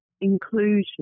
inclusion